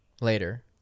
later